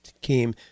came